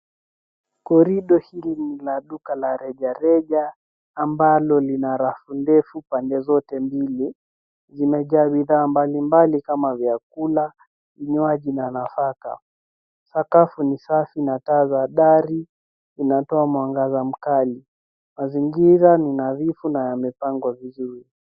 Corridor hili ni la duka la rejareja ambalo lina rafu ndefu pande zote mbili. Zimejaa bidhaa mbalimbali kama vyakula, vinywaji na nafaka. Sakafu ni safi na taa za dari zinatoa mwangaza mkali. Mazingira ni nadhifu na yamepangwa vizuri.